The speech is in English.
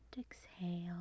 exhale